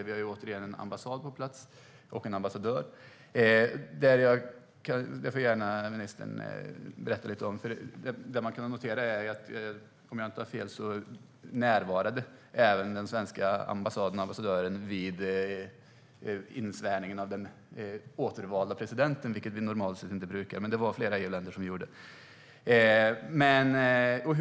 Vi har återigen en ambassad och en ambassadör på plats. Ministern får gärna berätta lite om det. Om jag inte har fel närvarade även den svenska ambassadören när den återvalda presidenten svors in, vilket man normalt sett inte brukar. Men det var det flera EU-länders ambassadörer som gjorde.